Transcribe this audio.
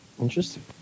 Interesting